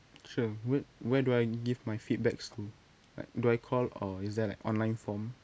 sure where where do I give my feedbacks to like do I call or is there like online form